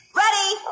Ready